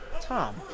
Tom